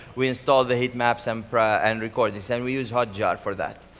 we install the heat maps and and record this. and we use hotjar for that,